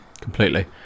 completely